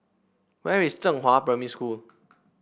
where is Zhenghua Primary School